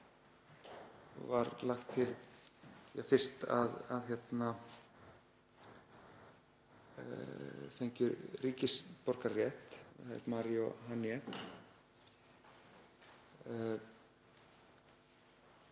var lagt til fyrst að fengju ríkisborgararétt, þær Mary og Haniye.